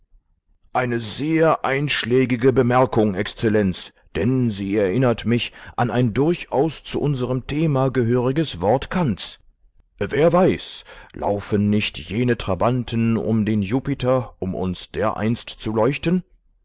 eine sehr einschlägige bemerkung exzellenz denn sie erinnert mich an ein durchaus zu unserem thema gehöriges wort kants wer weiß laufen nicht jene trabanten um den jupiter um uns dereinst zu leuchten